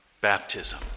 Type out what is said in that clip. Baptism